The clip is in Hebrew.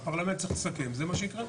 הפרלמנט צריך לסכם וזה מה שיקרה.